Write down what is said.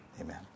Amen